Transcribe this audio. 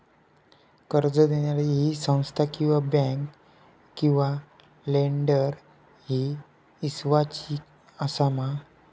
कर्ज दिणारी ही संस्था किवा बँक किवा लेंडर ती इस्वासाची आसा मा?